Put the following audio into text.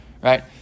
right